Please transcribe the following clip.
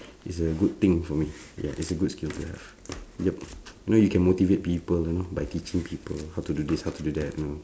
it's a good thing for me ya it's a good skill ya yup you know you can motivate people you know by teaching people how to do this how to do that you know